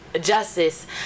justice